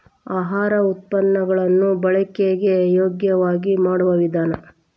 ಆಹಾರ ಉತ್ಪನ್ನ ಗಳನ್ನು ಬಳಕೆಗೆ ಯೋಗ್ಯವಾಗಿ ಮಾಡುವ ವಿಧಾನ